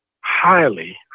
highly